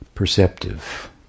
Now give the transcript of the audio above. Perceptive